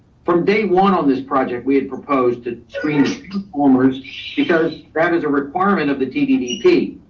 from day one on this project, we had proposed to screen transformers because that is a requirement of the tddp.